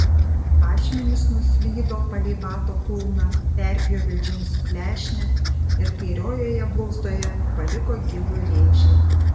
ašmenys nuslydo palei bato kulną perpjovė džinsų klešnę ir kairiojoje blauzdoje paliko gilų rėžį